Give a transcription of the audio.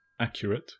accurate